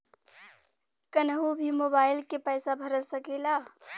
कन्हू भी मोबाइल के पैसा भरा सकीला?